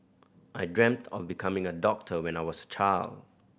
I dreamt of becoming a doctor when I was a child